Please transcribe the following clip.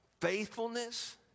faithfulness